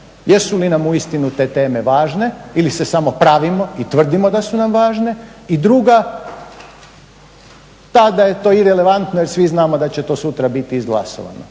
jesu li nam uistinu te teme važne ili se samo pravimo i tvrdimo da su nam važne. I druga, ta da je to irelevantno jer svi znamo da će to sutra biti izglasovano